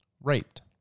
raped